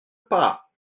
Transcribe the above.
pas